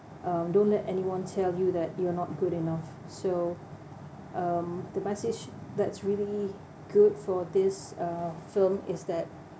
um don't let anyone tell you that you are not good enough so um the message that's really good for this uh film is that